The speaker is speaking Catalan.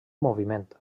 moviment